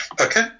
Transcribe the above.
Okay